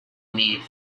need